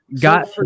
got